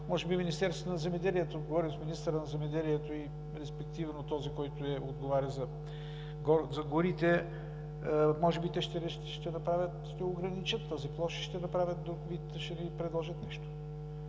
може би Министерство на земеделието – говорих с министъра на земеделието и респективно този, който отговаря за горите, може би те ще ограничат тази площ и ще я направят друг вид или ще ни предложат нещо.